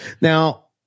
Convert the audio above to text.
Now